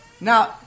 now